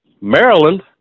Maryland